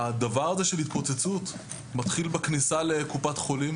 הדבר הזה של התפוצצות מתחיל בכניסה לקופת חולים,